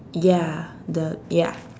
ya the ya